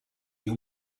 you